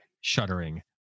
shuddering